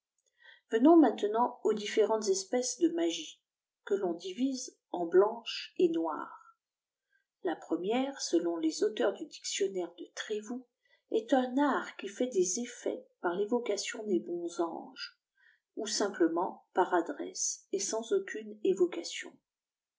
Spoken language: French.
venotis maintenant aux différentes espèces de magie que von divise en blanche et noire la première selon les auteurs du dictionnaire de trévoux est un art qui fait des effets par l'évocation des bons anges ou simplement par adresse et sans aucune évocation